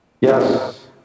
Yes